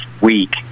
week